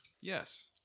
Yes